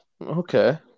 Okay